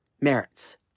merits